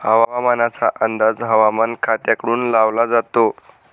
हवामानाचा अंदाज हवामान खात्याकडून लावला जातो